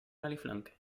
aliflanke